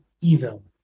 evil